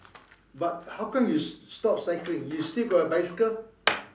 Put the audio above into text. but how come you s~ stop cycling you still got a bicycle